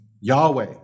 Yahweh